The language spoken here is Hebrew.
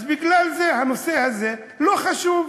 אז בגלל זה הנושא הזה לא חשוב,